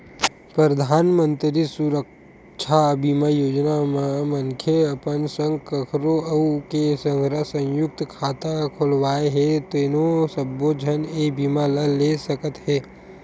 परधानमंतरी सुरक्छा बीमा योजना म मनखे अपन संग कखरो अउ के संघरा संयुक्त खाता खोलवाए हे तेनो सब्बो झन ए बीमा ल ले सकत हे